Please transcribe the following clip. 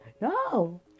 No